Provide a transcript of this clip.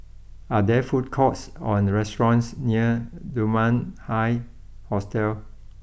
are there food courts or restaurants near Dunman High Hostel